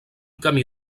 camí